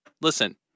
Listen